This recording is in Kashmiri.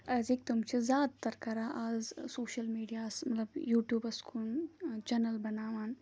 أزِکۍ تِم چھِ زیادٕ تَر کَران آز سوشَل میٖڈیاہَس مطلب یوٗٹیوٗبَس کُن چَنَل بَناوان